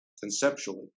conceptually